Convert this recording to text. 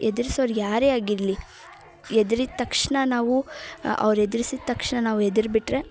ಹೆದ್ರಿಸೋರು ಯಾರೇ ಆಗಿರಲಿ ಹೆದ್ರಿದ್ ತಕ್ಷಣ ನಾವು ಅವ್ರು ಹೆದ್ರಿಸಿದ್ ತಕ್ಷಣ ನಾವು ಹೆದ್ರ್ ಬಿಟ್ಟರೆ